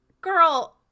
girl